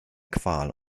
qual